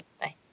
Bye